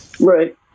Right